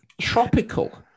Tropical